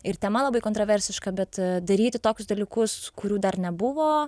ir tema labai kontroversiška bet daryti tokius dalykus kurių dar nebuvo